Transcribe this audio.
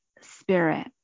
spirit